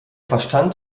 verstand